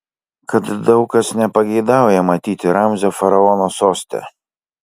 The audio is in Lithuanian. kad daug kas nepageidauja matyti ramzio faraono soste